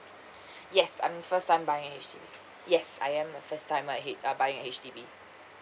yes I'm first time buying H_D_B yes I am a first time ahead uh buying H_D_B